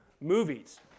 movies